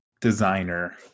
designer